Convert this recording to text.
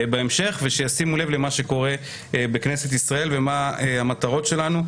שישימו לב מה קורה בכנסת ישראל ומה המטרות שלנו.